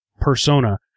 persona